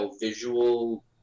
visual